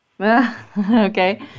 Okay